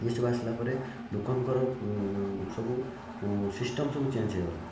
ଏହିସବୁ ଆସିଲାପରେ ଲୋକଙ୍କର ଉଁ ସବୁ ଉଁ ସିଷ୍ଟମ୍ ସବୁ ଚେଞ୍ଜ୍ ହେଇଗଲା